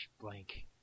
blank